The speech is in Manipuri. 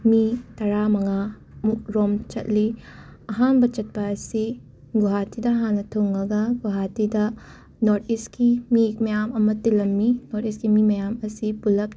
ꯃꯤ ꯇꯔꯥꯃꯉꯥꯃꯨꯛ ꯔꯣꯝ ꯆꯠꯂꯤ ꯑꯍꯥꯟꯕ ꯆꯠꯄ ꯑꯁꯤ ꯒꯨꯍꯥꯇꯤꯗ ꯍꯥꯟꯅ ꯊꯨꯡꯉꯒ ꯒꯨꯍꯥꯇꯤꯗ ꯅꯣꯔꯠ ꯏꯁꯀꯤ ꯃꯤ ꯃꯌꯥꯝ ꯑꯃ ꯇꯤꯜꯂꯝꯃꯤ ꯅꯣꯔꯠ ꯏꯁꯀꯤ ꯃꯤ ꯃꯌꯥꯝ ꯑꯁꯤ ꯄꯨꯜꯂꯞ